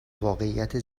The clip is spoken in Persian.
واقعیت